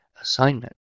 assignment